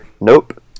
Nope